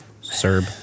Serb